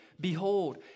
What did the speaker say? behold